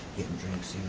getting drinks,